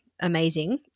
amazing